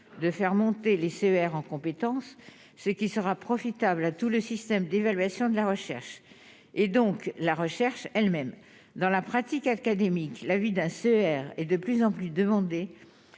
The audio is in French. de faire monter les sévères en compétences, ce qui sera profitable à tout le système d'évaluation de la recherche et donc la recherche elle-même dans la pratique académique, la vie d'un suaire et de plus en plus demandés